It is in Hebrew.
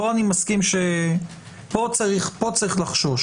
פה אני מסכים שצריך לחשוש.